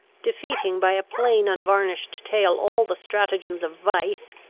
defeating by a plain unvarnished tale all the stratagems of vice,